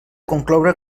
concloure